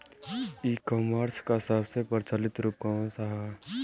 ई कॉमर्स क सबसे प्रचलित रूप कवन सा ह?